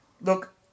Look